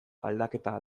aldaketa